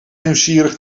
nieuwsgierig